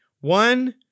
One